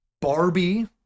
Barbie